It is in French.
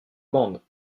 bande